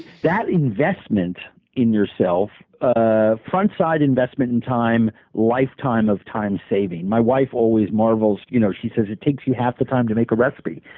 that investment in yourself, a front-side investment in time, a lifetime of time saving. my wife always marvels. you know she says, it takes you half the time to make a recipe.